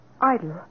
Idle